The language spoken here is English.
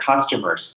customers